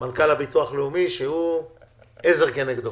מנכ"ל הביטוח הלאומי שהוא עזר כנגדו.